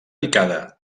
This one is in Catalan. picada